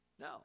No